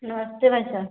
नमस्ते भाई साहब